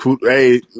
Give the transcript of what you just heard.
Hey